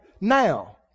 now